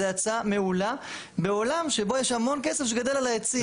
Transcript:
זה הצעה מעולה בעולם שבו יש המון כסף שגדל על העצים.